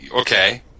Okay